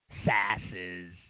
Sasses